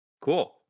cool